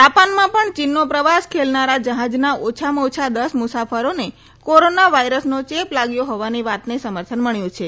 જાપાનમાં પણ ચીનનો પ્રવાસ ખેલનારા જ્યાજના ઓછામાં ઓછા દસ મુસાફરોને કોરોના વાયરસનો ચેપ લાગ્યો હોવાની વાતને સમર્થન મળ્યુ છે